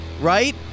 right